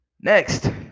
Next